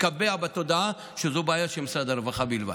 שיתקבע בתודעה שזו בעיה של משרד הרווחה בלבד.